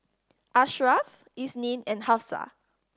Ashraff Isnin and Hafsa